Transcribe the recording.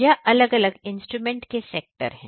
यह अलग अलग इंस्ट्रूमेंट के सेक्टर हैं